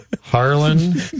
Harlan